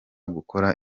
gukora